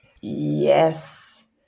Yes